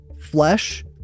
flesh